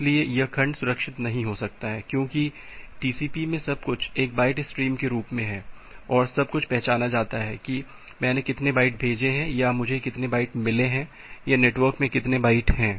इसलिए यह खंड संरक्षित नहीं हो सकता है क्योंकि टीसीपी में सब कुछ एक बाइट स्ट्रीम के रूप में है और सब कुछ पहचाना जाता है कि मैंने कितने बाइट भेजे हैं या मुझे कितने बाइट मिले हैं या नेटवर्क में कितने बाइट हैं